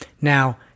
Now